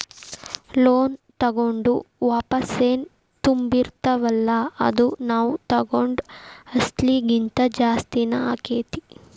loan ತಗೊಂಡು ವಾಪಸೆನ್ ತುಂಬ್ತಿರ್ತಿವಲ್ಲಾ ಅದು ನಾವ್ ತಗೊಂಡ್ ಅಸ್ಲಿಗಿಂತಾ ಜಾಸ್ತಿನ ಆಕ್ಕೇತಿ